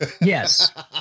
Yes